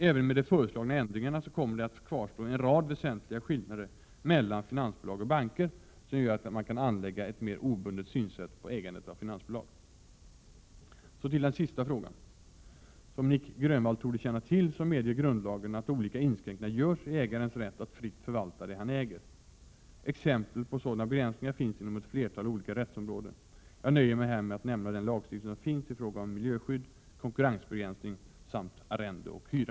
Även med de föreslagna ändringarna så kommer det att kvarstå en rad väsentliga skillnader mellan finansbolag och banker, som gör att man kan anlägga ett mer obundet synsätt på ägandet av finansbolag. Så till den sista frågan. Som Nic Grönvall torde känna till medger grundlagen att olika inskränkningar görs i ägarens rätt att fritt förvalta det han äger. Exempel på sådana begränsningar finns inom ett flertal olika rättsområden. Jag nöjer mig här med att nämna den lagstiftning som finns i fråga om miljöskydd, konkurrensbegränsning samt arrende och hyra.